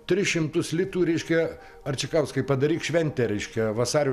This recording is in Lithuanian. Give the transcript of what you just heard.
tris šimtus litų reiškia arčikauskai padaryk šventę reiškia vasario